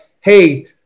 hey